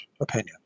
opinion